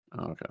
Okay